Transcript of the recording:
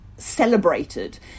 celebrated